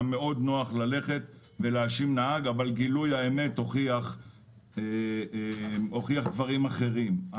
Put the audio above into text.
מאוד נוח ללכת ולהאשים נהג אבל גילוי האמת הוכיח דברים אחרים.